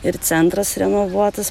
ir centras renovuotas